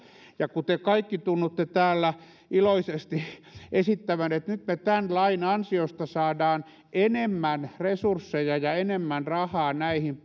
ja kun te kaikki tunnutte täällä iloisesti esittävän että nyt me tämän lain ansiosta saamme enemmän resursseja ja enemmän rahaa näihin